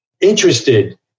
interested